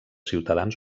ciutadans